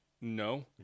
No